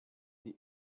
die